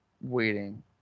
waiting